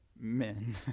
Men